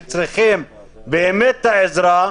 שבאמת צריכים עזרה,